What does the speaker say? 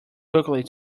quickly